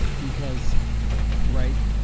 because right?